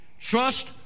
trust